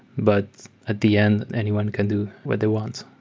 but at the end, anyone can do what they want.